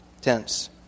tense